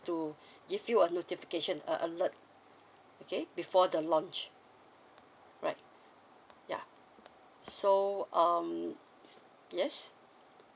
to give you a notification a alert okay before the launch right yeah so um yes